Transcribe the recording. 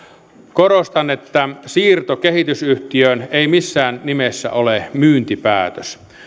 korostan että siirto kehitysyhtiöön ei missään nimessä ole myyntipäätös